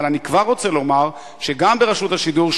אבל אני כבר רוצה לומר שגם רשות השידור,